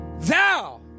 Thou